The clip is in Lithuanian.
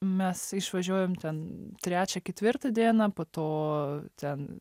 mes išvažiuojam ten trečią ketvirtą dieną po to ten